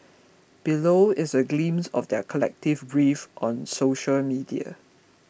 below is a glimpse of their collective grief on social media